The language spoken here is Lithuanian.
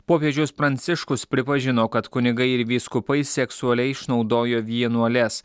popiežius pranciškus pripažino kad kunigai ir vyskupai seksualiai išnaudojo vienuoles